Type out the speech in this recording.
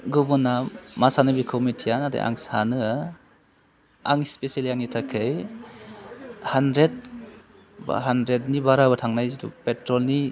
गुबुना मा सानो बेखौ मिथिया नाथाय आं सानो आं स्पेसेलि आंनि थाखाय हानड्रेड बा हानड्रेडनि बाराबो थांनाय जिथु पेट्रलनि